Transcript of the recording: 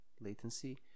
latency